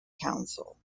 council